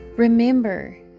Remember